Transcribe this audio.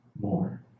more